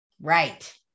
Right